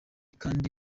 kandi